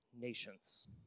nations